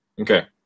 okay